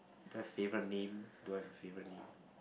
the favorite name don't have a favorite name